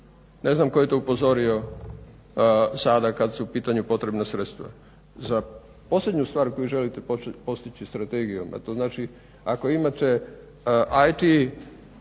Ne znam tko je to upozorio sada kad su u pitanju potrebna sredstva. Za posljednju stvar koju želite postići strategijom, a to znači ako imate IT